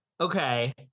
Okay